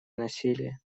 насилие